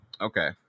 Okay